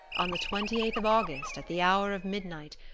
on the twenty-eighth of august, at the hour of midnight,